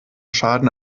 schaden